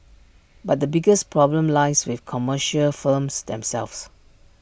but the biggest problem lies with commercial firms themselves